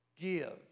Give